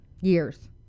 years